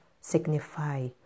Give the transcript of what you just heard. signify